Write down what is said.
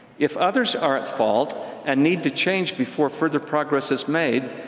if others are at fault and need to change before further progress is made,